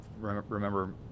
remember